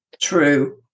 True